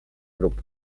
grup